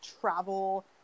travel